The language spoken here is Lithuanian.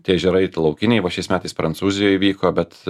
tie ežerai tai laukiniai va šiais metais prancūzijoj įvyko bet